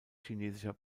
chinesischer